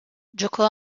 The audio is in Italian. giocò